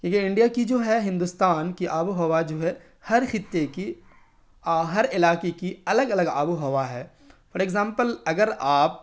یہ انڈیا کی جو ہے ہندوستان کی آب و ہوا جو ہے ہر خطے کی ہر علاقے کی الگ الگ آب و ہوا ہے فوڑ ایگزامپل اگر آپ